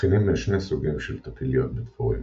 מבחינים בין שני סוגים של טפיליות בדבורים